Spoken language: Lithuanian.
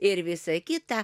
ir visa kita